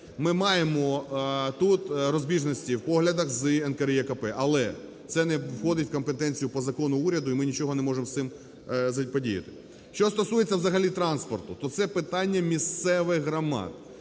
Ми маємо тут розбіжності в поглядах з НКРЕКП. Але це не входить в компетенцію по закону уряду, і ми нічого не можемо з цим подіяти. Що стосується взагалі транспорту, то це питання місцевих громад.